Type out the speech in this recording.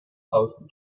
außen